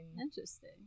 Interesting